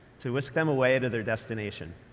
to whisk them away to their destination.